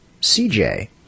cj